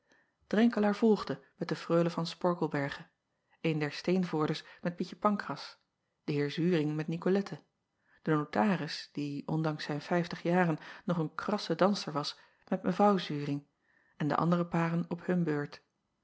renkelaer volgde met de reule van porkelberghe een der teenvoordes met ietje ancras de eer uring met icolette de notaris die ondanks zijn vijftig jaren nog een krasse danser was met evrouw uring en de andere paren op hun beurt